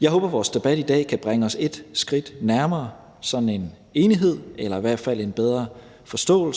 Jeg håber, at vores debat i dag kan bringe os et skridt nærmere sådan en enighed eller i hvert fald en bedre